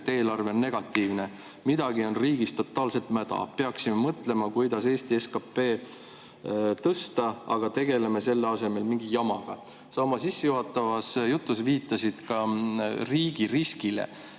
eelarve on negatiivne. Midagi on Eesti riigis totaalselt mäda. Peaksime mõtlema, kuidas Eesti SKP-d tõsta, aga tegeleme selle asemel mingi jamaga." Sa oma sissejuhatavas jutus viitasid ka riigi riskile.